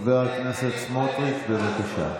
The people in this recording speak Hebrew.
חבר הכנסת סמוטריץ', בבקשה.